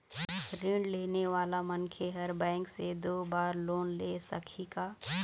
ऋण लेने वाला मनखे हर बैंक से दो बार लोन ले सकही का?